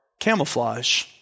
camouflage